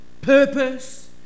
purpose